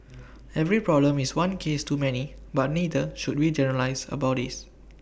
every problem is one case too many but neither should we generalise about these